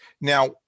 Now